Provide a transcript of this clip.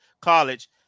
college